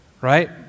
right